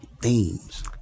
themes